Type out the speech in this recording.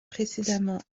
précédemment